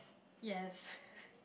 yes